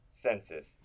Census